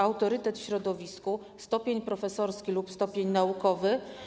autorytet w środowisku, stopień profesorski lub stopień naukowy.